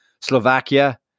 Slovakia